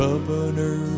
Governor